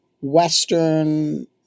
Western